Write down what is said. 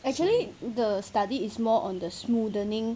actually the study is more on the smoothening